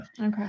Okay